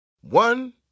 One